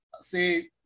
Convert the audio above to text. See